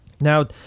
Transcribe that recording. Now